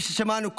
כפי ששמענו קודם,